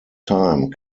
time